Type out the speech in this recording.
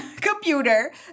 computer